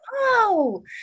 wow